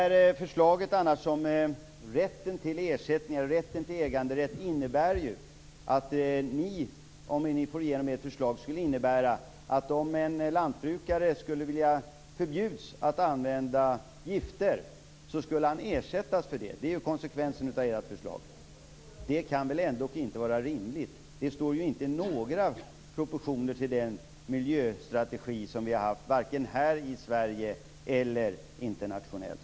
Om ni fick igenom ert förslag om äganderätt och rätt till ersättning skulle det innebära att en lantbrukare som förbjuds att använda gifter skulle ersättas för det. Det är ju konsekvensen av ert förslag. Det kan väl ändå inte vara rimligt. Det står inte i några proportioner till den miljöstrategi som vi har haft vare sig här i Sverige eller internationellt.